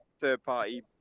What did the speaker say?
third-party